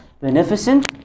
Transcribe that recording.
beneficent